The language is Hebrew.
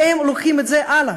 והם לוקחים את זה הלאה.